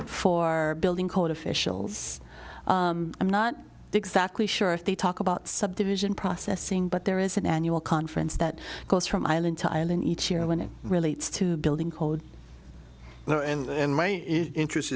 our building code officials i'm not exactly sure if they talk about subdivision processing but there is an annual conference that goes from island to island each year when it relates to building codes now and then my interest